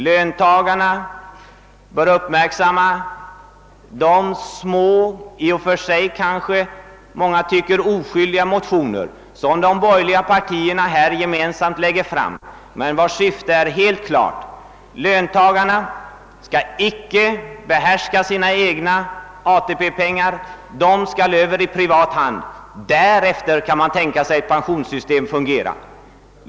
Löntagarna bör uppmärksamma de motioner — kanske en ligt mångas uppfattning i och för sig oskyldiga — som de borgerliga partierna lagt fram. Motionernas syfte är helt klart: löntagarna skall icke behärska sina egna ATP-pengar — dessa skall över i privat hand, och därefter kan de borgerliga tänka sig att ett pensionssystem fungerar.